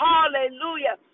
Hallelujah